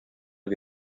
que